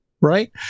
right